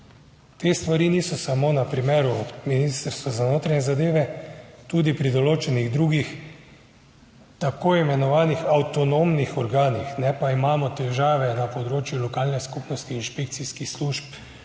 Te stvari niso samo na primeru Ministrstva za notranje zadeve, tudi pri določenih drugih tako imenovanih avtonomnih organih pa imamo težave, na področju lokalne skupnosti, inšpekcijskih služb,